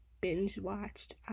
binge-watched